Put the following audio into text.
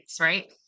right